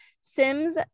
Sims